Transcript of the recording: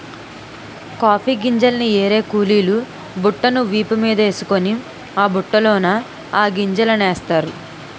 coffee గింజల్ని ఏరే కూలీలు బుట్టను వీపు మీదేసుకొని ఆ బుట్టలోన ఆ గింజలనేస్తారు